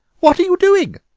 what are you doing?